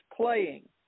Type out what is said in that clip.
playing